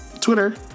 Twitter